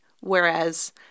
whereas